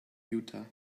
utah